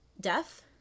death